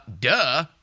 Duh